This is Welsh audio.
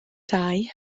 dau